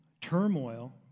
turmoil